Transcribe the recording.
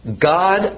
God